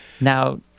Now